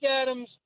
Adams